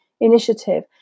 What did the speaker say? initiative